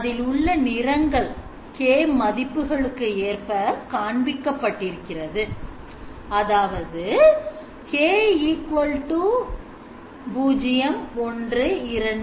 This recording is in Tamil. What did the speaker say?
அதில் உள்ள நிறங்கள் k மதிப்புகளுக்கு ஏற்ப காண்பிக்கப்பட்டிருக்கிறது அதாவது k01